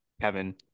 Kevin